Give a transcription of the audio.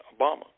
Obama